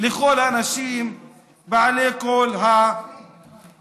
לכל האנשים בני כל הדתות.